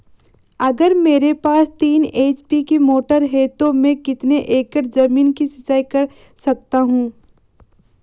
अगर मेरे पास तीन एच.पी की मोटर है तो मैं कितने एकड़ ज़मीन की सिंचाई कर सकता हूँ?